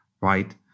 right